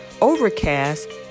Overcast